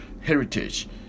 heritage